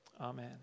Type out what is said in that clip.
Amen